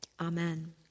amen